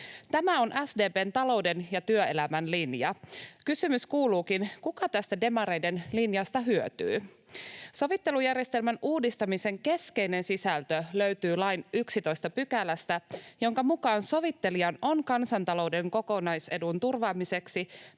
Tämä on SDP:n talouden ja työelämän linja. Kysymys kuuluukin: kuka tästä demareiden linjasta hyötyy? Sovittelujärjestelmän uudistamisen keskeinen sisältö löytyy lain 11 §:stä, jonka mukaan sovittelijan on kansantalouden kokonaisedun turvaamiseksi